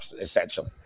essentially